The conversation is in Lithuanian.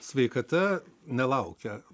sveikata nelaukia